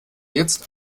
jetzt